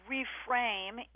reframe